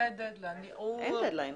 אין דד-ליין.